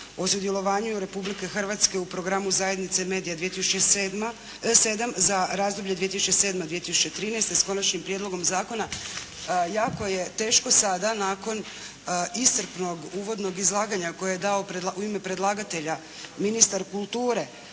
o sudjelovanju Republike Hrvatske u programu zajednice MEDIA 2007. za razdoblje 2007.-2013. s Konačnim prijedlogom zakona. Jako je teško sada nakon iscrpnog uvodnog izlaganja koje je dao u ime predlagatelja ministar kulture,